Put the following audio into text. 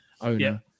owner